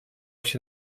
się